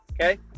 okay